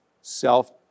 self